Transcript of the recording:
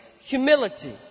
humility